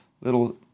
little